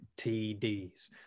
tds